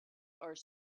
are